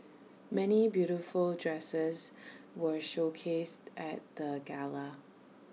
many beautiful dresses were showcased at the gala